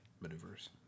maneuvers